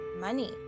money